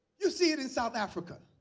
you see it in south africa.